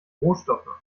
rohstoffe